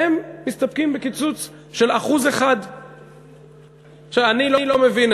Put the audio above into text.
הם מסתפקים בקיצוץ של 1%. אני לא מבין,